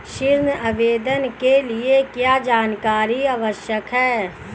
ऋण आवेदन के लिए क्या जानकारी आवश्यक है?